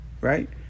right